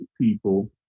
people